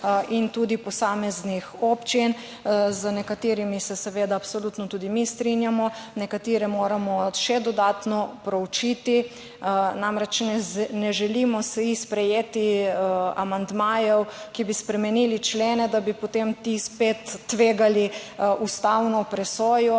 in tudi posameznih občin. Z nekaterimi se seveda absolutno tudi mi strinjamo, nekatere moramo še dodatno proučiti. Namreč, ne želimo si sprejeti amandmajev, ki bi spremenili člene, da bi potem ti spet tvegali ustavno presojo.